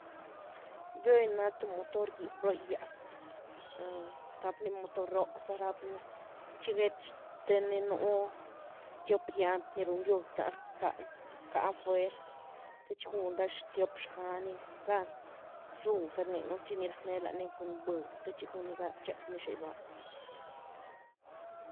Viony naa th motor gyb ro’yias, rap ny motor rooh za rap ny, txi gét xteny nu’ tiop gyant ni run gywd lany rcany-rcany fuerz, te txi gun ra tiop xgany gan rzúh zani rnynu’, txi ny racneh lani cun vëe te txi guny gan tchepy ny xëyvah.